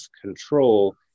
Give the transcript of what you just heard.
control